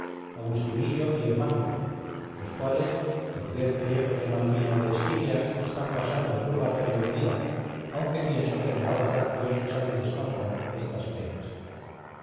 agustinillo y el manco los cuales por diez pellejos de mal vino de esquivias están pasando el purgatorio en vida aunque pienso que en la otra dios les ha de descontar estas penas